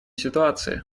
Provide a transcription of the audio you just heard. ситуации